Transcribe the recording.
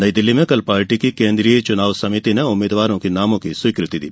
नई दिल्ली में कल पार्टी की केन्द्रीय चुनाव समिति ने उम्मीदवारों के नामों की स्वीकृति दी